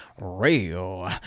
real